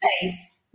face